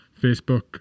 Facebook